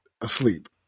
asleep